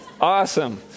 Awesome